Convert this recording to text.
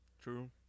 True